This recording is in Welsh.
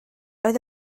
oedd